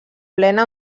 plena